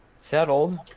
settled